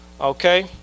Okay